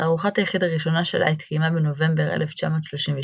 תערוכת היחיד הראשונה שלה התקיימה בנובמבר 1938,